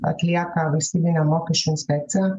atlieka valstybinė mokesčių inspekcija